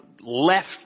Left